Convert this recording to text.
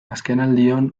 azkenaldion